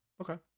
Okay